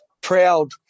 proud